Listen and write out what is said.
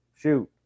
shoot